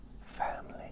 family